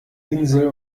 insel